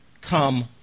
come